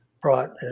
brought